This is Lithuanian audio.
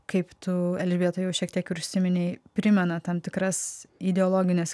kaip tu elžbieta jau šiek tiek ir užsiminei primena tam tikras ideologines